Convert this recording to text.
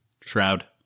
Shroud